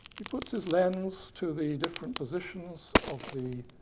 he puts his lens to the different positions of the